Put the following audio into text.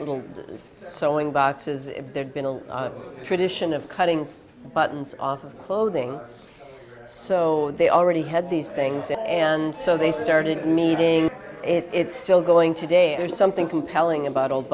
little sewing boxes if there'd been a tradition of cutting buttons off of clothing so they already had these things and so they started meeting it's still going today there's something compelling about old